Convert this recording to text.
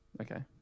okay